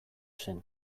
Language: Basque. zen